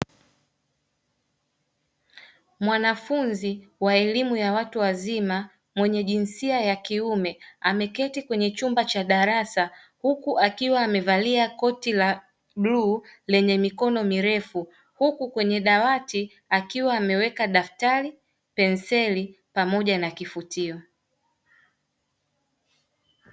Mwanafunzi wa elimu ya watu wazima mwenye jinsia ya kiume ameketi kwenye chumba cha darasa huku akiwa amevalia koti la bluu lenye mikono mirefu huku kwenye dawati akiwa ameweka daftari, penseli pamoja na kifutio.